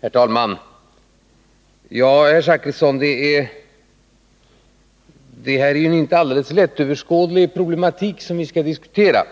Herr talman! Ja, herr Zachrisson, det är ju inte en alldeles lättöverskådlig problematik som vi skall diskutera.